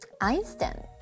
Einstein